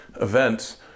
events